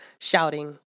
shouting